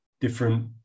different